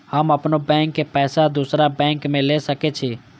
हम अपनों बैंक के पैसा दुसरा बैंक में ले सके छी?